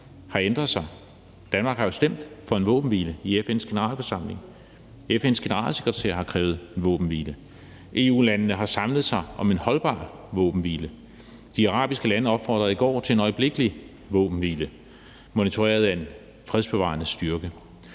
har ændret sig. Danmark har jo stemt for en våbenhvile i FN's Generalforsamling. FN's generalsekretær har krævet våbenhvile. EU-landene har samlet sig om en holdbar våbenhvile. De arabiske lande opfordrede i går til en øjeblikkelig våbenhvile, monitoreret af en fredsbevarende styrke.